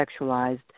sexualized